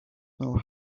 know